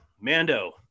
mando